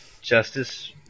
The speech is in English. Justice